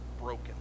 broken